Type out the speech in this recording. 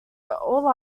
all